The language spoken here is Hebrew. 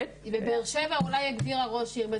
בבאר שבע אולי הגדירה ראש עיר,